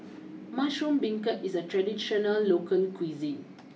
Mushroom Beancurd is a traditional local cuisine